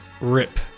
rip